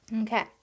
Okay